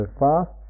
fast